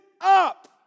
up